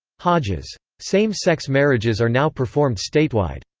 hodges. same-sex marriages are now performed statewide.